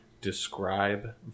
describe